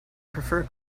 prefer